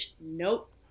nope